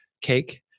cake